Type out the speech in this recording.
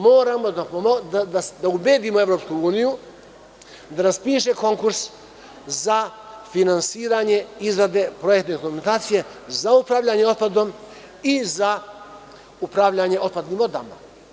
Moramo da ubedimo EU da raspiše konkurs za finansiranje izrade projektne dokumentacije za upravljanje otpadom i za upravljanje otpadnim vodama.